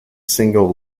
single